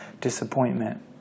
disappointment